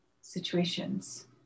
situations